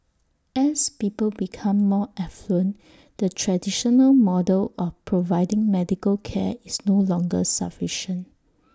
as people become more affluent the traditional model of providing medical care is no longer sufficient